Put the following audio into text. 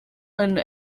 eine